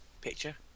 picture